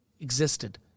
existed